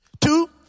Two